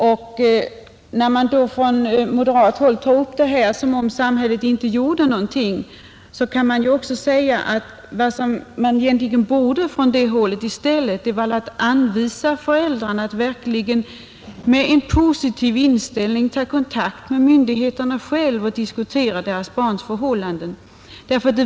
När detta problem från moderat håll tas upp som om samhället inte gjorde någonting kan man också säga att det som egentligen borde göras från samhällets sida är att anvisa föräldrarna att själva, med en positiv inställning, ta kontakt med myndigheterna och diskutera sina barns förhållanden.